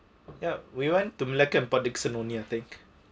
ya we went to malacca and port dickson only I think